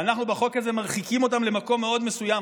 ואנחנו בחוק הזה מרחיקים אותם למקום מאוד מסוים,